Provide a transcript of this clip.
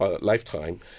lifetime